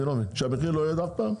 אני לא מבין, שהמחיר לא יירד אף פעם?